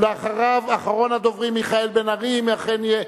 אחריו, אחרון הדוברים, מיכאל בן-ארי, אם אכן יהיה.